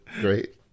Great